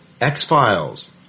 X-Files